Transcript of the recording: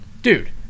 dude